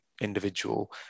individual